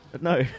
No